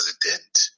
President